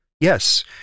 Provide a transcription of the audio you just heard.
Yes